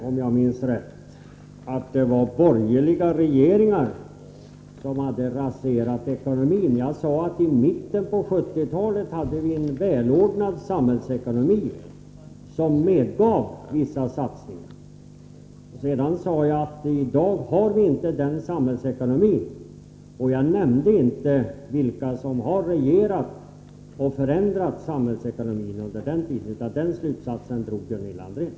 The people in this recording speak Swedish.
Om jag minns rätt sade jag inte att det var borgerliga regeringar som hade raserat ekonomin. Jag sade att vi i mitten av 1970-talet hade en välordnad samhällsekonomi som medgav vissa satsningar. Vidare sade jag att vi i dag inte har den samhällsekonomin. Jag nämnde inte vilka som har regerat och förändrat samhällsekonomin under den tid som gått sedan dess. Det var Gunilla André som drog den slutsatsen.